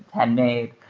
handmade.